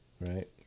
Right